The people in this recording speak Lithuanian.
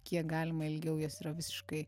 kiek galima ilgiau jos yra visiškai